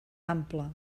ample